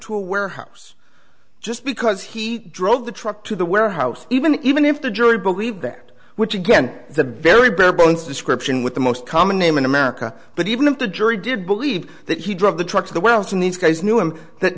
to a warehouse just because he drove the truck to the warehouse even though even if the jury believed that which again the very bare bones description with the most common name in america but even if the jury did believe that he drove the truck to the wells when these guys knew him that